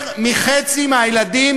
יותר מחצי מהילדים